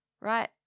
right